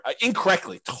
incorrectly